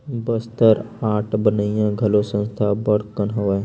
Bastar art बनइया घलो संस्था अब्बड़ कन हवय